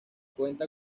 cuenta